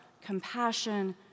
compassion